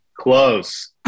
Close